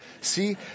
See